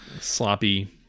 sloppy